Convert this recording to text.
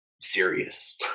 serious